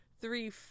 three